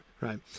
right